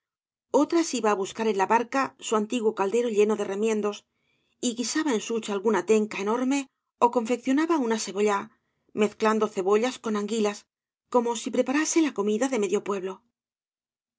otras iba á buscar en la barca su antiguo caldero lleno de remiendos y guisaba en such alguna tenca enorme ó confeccionaba una sebollá mezclando cebollas con anguilas como si preparase la comida de medio pueblo